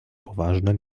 poważne